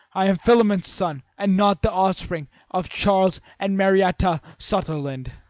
i am philemon's son and not the offspring of charles and marietta sutherland!